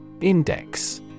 Index